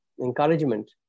encouragement